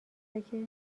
بکش